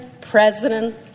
President